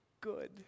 good